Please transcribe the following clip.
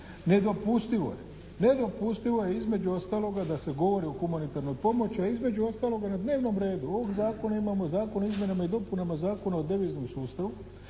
Nedopustivo je, nedopustivo je između ostaloga da se govori o humanitarnoj pomoći, a između ostaloga na dnevnom redu ovog Zakona imamo Zakon o izmjenama i dopunama Zakona o deviznom sustavu